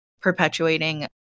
perpetuating